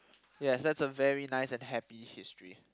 yes that's a very nice and happy history